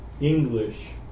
English